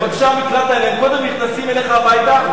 מבקשי המקלט האלה קודם נכנסים אליך הביתה,